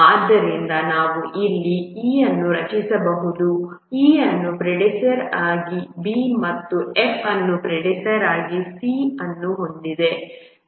ಆದ್ದರಿಂದ ನಾವು ಇಲ್ಲಿ E ಅನ್ನು ರಚಿಸಬಹುದು E ಅನ್ನು ಪ್ರಿಡೆಸೆಸ್ಸರ್ ಆಗಿ B ಮತ್ತು ನಾವು F ಅನ್ನು ಪ್ರಿಡೆಸೆಸ್ಸರ್ ಆಗಿ C ಅನ್ನು ಹೊಂದಿದ್ದೇವೆ